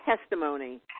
testimony